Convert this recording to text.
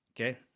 Okay